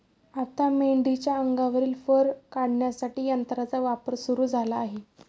आता मेंढीच्या अंगावरील फर काढण्यासाठी यंत्राचा वापर सुरू झाला आहे